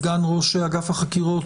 סגן ראש אגף החקירות,